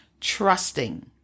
trusting